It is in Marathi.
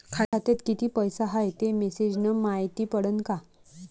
खात्यात किती पैसा हाय ते मेसेज न मायती पडन का?